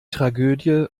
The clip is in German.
tragödie